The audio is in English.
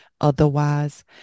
Otherwise